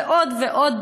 ועוד ועוד,